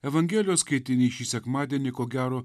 evangelijos skaitinį šį sekmadienį ko gero